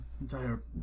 entire